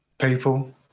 People